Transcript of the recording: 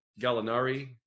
Gallinari